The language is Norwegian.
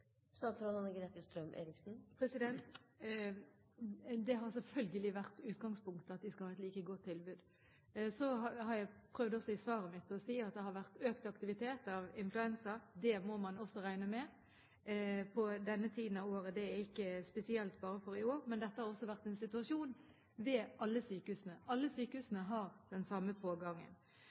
Det har selvfølgelig vært utgangspunktet at de skal ha et like godt tilbud. Så har jeg prøvd også i svaret mitt å si at det har vært økt aktivitet av influensa. Det må man også regne med på denne tiden av året, det er ikke spesielt bare for i år. Men dette har vært situasjonen ved alle sykehusene. Alle sykehusene har den samme pågangen.